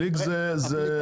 קליק זה חטיף.